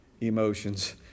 emotions